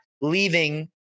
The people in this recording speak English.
leaving